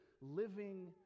living